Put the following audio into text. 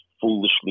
foolishly